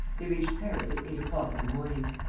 they reached paris at eight o'clock in the morning.